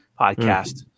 podcast